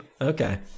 Okay